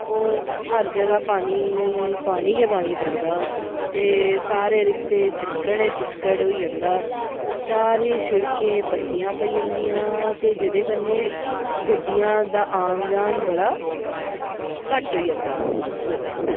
और हर जगह् पानी पानी गै पानी होंदा ते सारे रस्ते च चिक्कड़ गै चिक्कड़ होई जंदा ते सारे सिडकें पस्सियां पेई जंदियां ते जेह्दे कन्नै गड्डियें दा औन जान बड़ा घट्ट होई जंदा उस बैल्ले